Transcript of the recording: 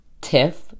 TIFF